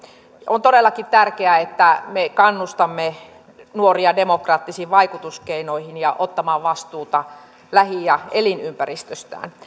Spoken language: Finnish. on todellakin tärkeää että me kannustamme nuoria demokraattisiin vaikutuskeinoihin ja ottamaan vastuuta lähi ja elinympäristöstään